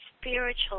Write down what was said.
spiritual